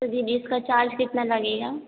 तो दीदी इसका चार्ज कितना लगेगा